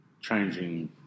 changing